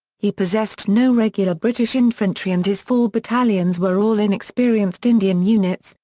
he possessed no regular british infantry and his four battalions were all inexperienced indian units,